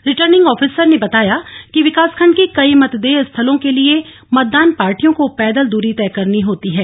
returning officer ने बताया कि विकासखंड के कई मतदेय स्थलों के लिए मतदान पार्टियों को पैदल दूरी तय करनी होती है